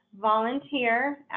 volunteer